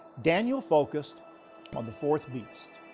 daniel focused on the fourth beast,